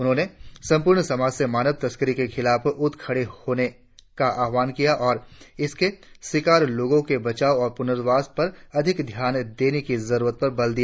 उन्होंने संपूर्ण समाज से मानव तस्करी के खिलाफ उठ खड़े होने का आह्वान किया और इसके शिकार लोगों के बचाव और पुर्नवास पर अधिक ध्यान देने की जरुरत पर बल दिया